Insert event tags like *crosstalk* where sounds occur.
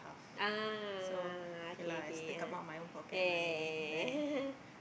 ah okay okay ah yeah yeah yeah yeah yeah yeah yeah *laughs*